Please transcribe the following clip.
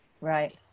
Right